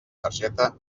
targeta